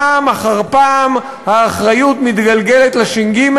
פעם אחר פעם האחריות מתגלגלת לש"ג,